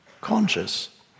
conscious